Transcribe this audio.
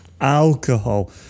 alcohol